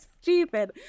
stupid